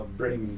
bring